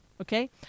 Okay